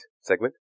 segment